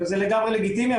וזה לגמרי לגיטימי,